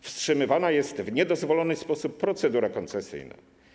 Wstrzymywana jest w niedozwolony sposób procedura koncesyjna.